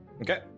Okay